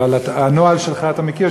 אבל את הנוהל שלך אתה מכיר,